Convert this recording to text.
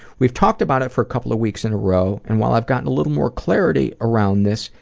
we've talked about it for a couple of weeks in a row, and while i've gotten a little more clarity around this,